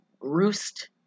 roost